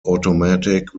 automatic